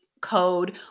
code